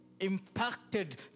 impacted